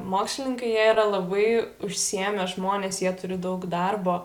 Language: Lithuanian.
mokslininkai jie yra labai užsiėmę žmonės jie turi daug darbo